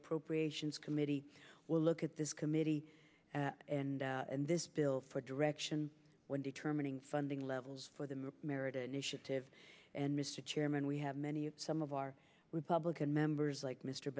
appropriations committee will look at this committee and this bill for direction when determining funding levels for the merit initiative and mr chairman we have many of some of our republican members like mr